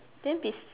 then be